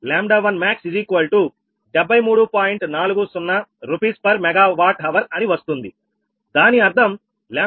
40 𝑅s 𝑀Wℎ𝑟 అని వస్తుంది దాని అర్థం 𝜆1𝑚in46